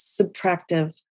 subtractive